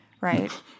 right